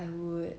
I would